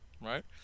right